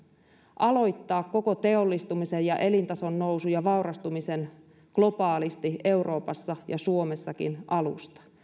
aloittaa alusta koko teollistumisen ja elintason nousun ja vaurastumisen globaalisti euroopassa ja suomessakin